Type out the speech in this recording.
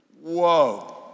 whoa